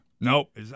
Nope